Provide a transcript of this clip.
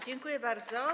Dziękuję bardzo.